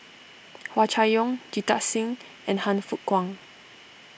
Hua Chai Yong Jita Singh and Han Fook Kwang